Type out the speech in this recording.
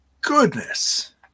goodness